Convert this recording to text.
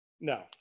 No